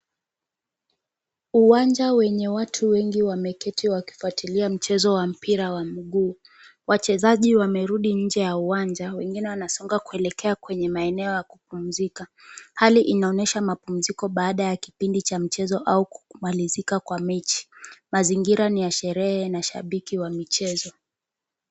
Uwanja wenye watu wengi wameketi wakifuatilia mchezo wa mpira wa mguu. Wachezaji wamerudi nje ya uwanja wengine wanasonga kuelekea kwenye maeneo ya kupumzika. Hali inaonesha mapumziko baada ya kipindi cha mchezo au kumalizika kwa mechi. Mazingira ni ya sherehe na shabiki ya mchezo.